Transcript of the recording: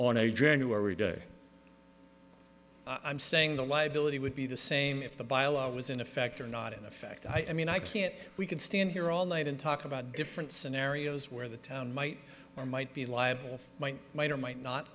a january day i'm saying the liability would be the same if the buy a lot was in effect or not in effect i mean i can't we can stand here all night and talk about different scenarios where the town might or might be liable might might or might not